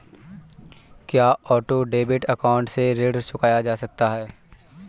क्या auto debit account से ऋण चुकाया जा सकता है?